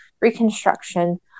reconstruction